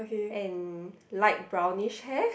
and light brownish hair